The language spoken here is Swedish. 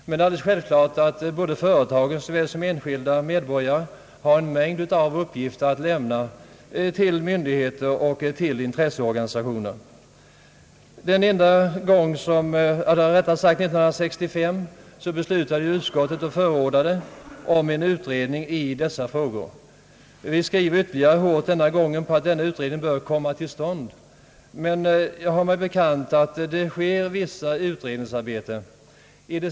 Alldeles självklart är att såväl företag som enskilda medborgare har en mängd uppgifter att lämna till myndigheter och till intresseorganisationer. År 1965 förordade utskottet en utredning av dessa frågor. Vi skriver från utskot tet ännu hårdare denna gång, att denna utredning bör komma till stånd. Jag har mig dock bekant att vissa utredningsarbeten sker.